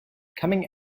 coming